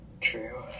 True